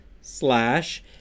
slash